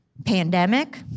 Pandemic